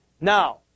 Now